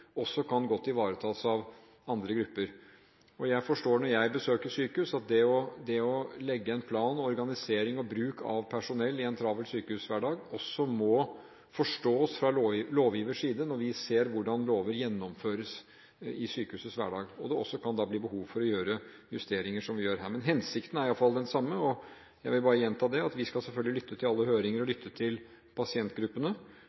kan ivaretas godt av andre grupper. Jeg forstår, når jeg besøker sykehus, at det å legge en plan – organisering og bruk av personell i en travel sykehushverdag – også må forstås fra lovgivers side når vi ser hvordan lover gjennomføres i sykehusets hverdag. Det kan da også bli behov for å gjøre justeringer som vi gjør her, men hensikten er i alle fall den samme. Jeg vil bare gjenta at vi skal selvfølgelig lytte til alle høringer og